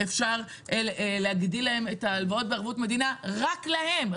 אפשר להגדיל להם את ההלוואות בערבות מדינה רק להם,